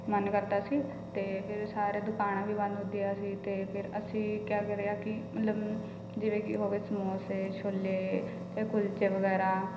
ਮਨ ਕਰਦਾ ਸੀ ਅਤੇ ਫਿਰ ਸਾਰੇ ਦੁਕਾਨਾਂ ਵੀ ਬੰਦ ਹੁੰਦੀਆਂ ਸੀ ਅਤੇ ਫਿਰ ਅਸੀਂ ਕਿਆ ਕਰਿਆ ਕਿ ਮਤਲਬ ਜਿਵੇਂ ਕਿ ਹੋ ਗਏ ਸਮੋਸੇ ਛੋਲੇ ਅਤੇ ਕੁਲਚੇ ਵਗੈਰਾ